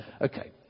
Okay